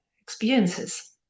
experiences